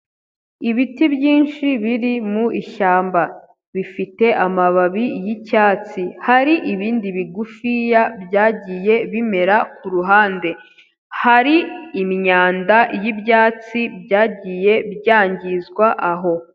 Ibiti byinshi biri mu ishyamba bifite amababi y'icyatsi hari ibindi bigufiya byagiye bimera kuruhande hari imyanda yi'byatsi byagiye byangizwa aho.